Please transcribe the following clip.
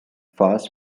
fast